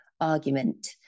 argument